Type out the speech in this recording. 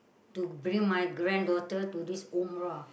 to bring my granddaughter to this Umrah